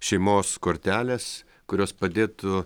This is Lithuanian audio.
šeimos kortelės kurios padėtų